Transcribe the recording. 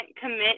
commit